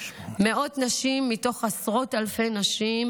מאות נשים מתוך עשרות אלפי נשים